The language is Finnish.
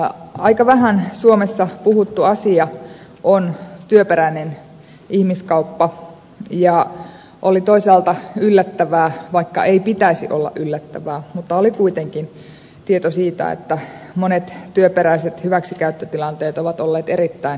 aika vähän suomessa puhuttu asia on työperäinen ihmiskauppa ja oli toisaalta yllättävää vaikka ei pitäisi olla yllättävää mutta oli kuitenkin tieto siitä että monet työperäiset hyväksikäyttötilanteet ovat olleet erittäin vakavia